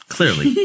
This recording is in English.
Clearly